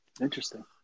Interesting